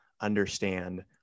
understand